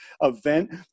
event